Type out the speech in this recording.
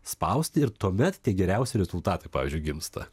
spausti ir tuomet tie geriausi rezultatai pavyzdžiui gimsta